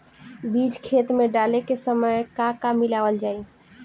बीज खेत मे डाले के सामय का का मिलावल जाई?